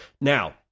Now